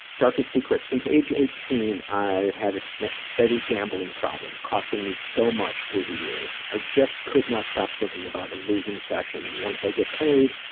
darkest secrets. since age eighteen i've had a so steady gambling problem costing me so much through the years. i just could not stop thinking about a losing session and once i get paid,